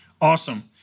Awesome